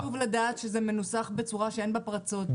זה חשוב לדעת שזה מנוסח בצורה שאין בה פרצות,